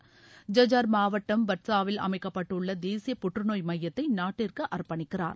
ஐஜ்ஜார் மாவட்டம் பட்சாவில் அமைக்கப்பட்டுள்ள தேசிய புற்றுநோய் மையத்தை நாட்டிற்கு அர்ப்பணிக்கிறார்